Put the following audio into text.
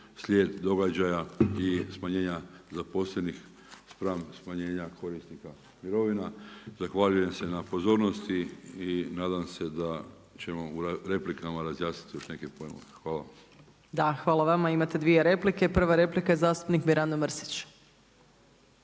slijed događaja i smanjenja zaposlenih spram smanjenja korisnika mirovina. Zahvaljujem se na pozornosti i nadam se da ćemo u replikama razjasniti još neke pojmove. Hvala vam. **Opačić, Milanka (SDP)** Da, hvala vama, imate dvije replike. Prva replika je zastupnik Mirando Mrsić.